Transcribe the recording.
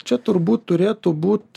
čia turbūt turėtų būt